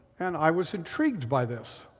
and i was intrigued by this.